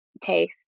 taste